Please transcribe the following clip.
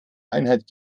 einhalt